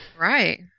Right